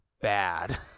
bad